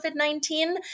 COVID-19